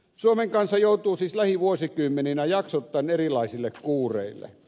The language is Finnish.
suomen kansa joutuu siis lähivuosikymmeninä jaksoittain erilaisille kuureille